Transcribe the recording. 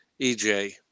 EJ